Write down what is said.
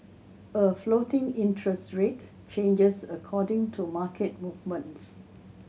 a floating interest rate changes according to market movements